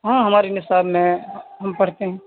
ہاں ہمارے نصاب میں ہے ہم پڑھتے ہیں